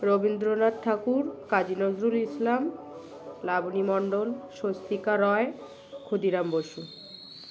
Rabindranath Thakur Kazi Nazrul Islam Laboni Mondal Swastika Roy Khudiram Basu